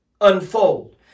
unfold